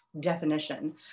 definition